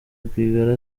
rwigara